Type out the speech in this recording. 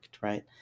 Right